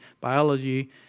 biology